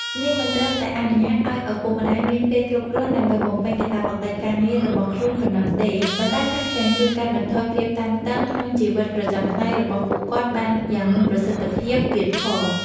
នេះមិនត្រឹមតែអនុញ្ញាតឱ្យឪពុកម្ដាយមានពេលគ្រប់គ្រាន់ដើម្បីបំពេញកាតព្វកិច្ចការងាររបស់ខ្លួនប៉ុណ្ណោះទេ ប៉ុន្តែថែមទាំងជួយកាត់បន្ថយភាពតានតឹងក្នុងជីវិតប្រចាំថ្ងៃរបស់ពួកគាត់បានយ៉ាងមានប្រសិទ្ធភាពទៀតផង។